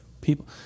people